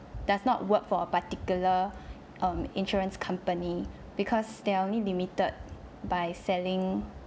does not work for a particular um insurance company because they are only limited by selling